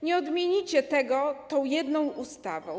Nie odmienicie tego tą jedną ustawą.